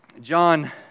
John